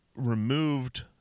removed